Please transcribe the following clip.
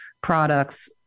products